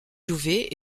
jouvet